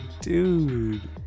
dude